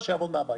שיעבוד מהבית,